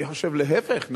אני חושב להיפך.